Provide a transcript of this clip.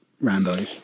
Rambo